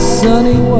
sunny